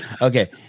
Okay